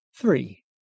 Three